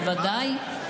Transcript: בוודאי.